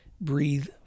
Breathe